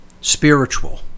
spiritual